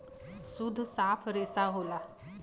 सुद्ध साफ रेसा होला